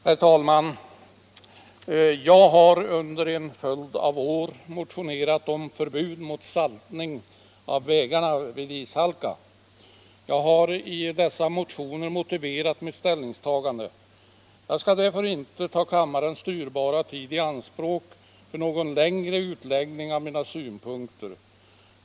Herr talman! Jag har under en följd av år motionerat om förbud mot saltning av vägarna vid ishalka. Jag har i dessa motioner motiverat mitt ställningstagande. Jag skall därför inte ta kammarens dyrbara tid i anspråk för någon längre utläggning av mina synpunkter.